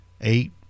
eight